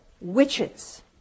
witches